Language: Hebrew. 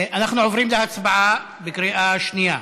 אנחנו עוברים להצבעה בקריאה שנייה.